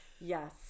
Yes